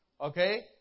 Okay